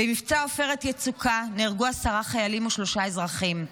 במבצע עופרת יצוקה נהרגו עשרה חיילים ושלושה אזרחים.